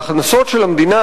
ההכנסות של המדינה,